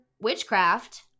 witchcraft